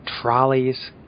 trolleys